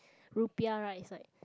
Rupiah right is like